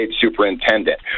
superintendent